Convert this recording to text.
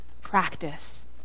practice